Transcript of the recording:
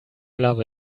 love